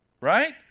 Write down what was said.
Right